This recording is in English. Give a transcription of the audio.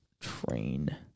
train